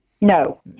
No